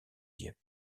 dieppe